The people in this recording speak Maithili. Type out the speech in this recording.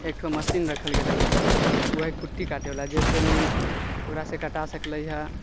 एकठो मशीन रखल गेलै हँ वही कुट्टी काटैवला जाहिसँमे ओकरासँ कटा सकलै हँ